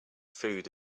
food